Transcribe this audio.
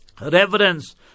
reverence